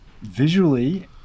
Visually